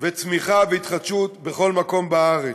וצמיחה והתחדשות בכל מקום בארץ.